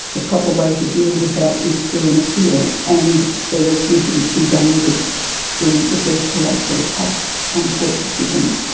the proper way to deal with that is through an appeal, and there are considered to be dangers through if there's collateral attack on court decisions.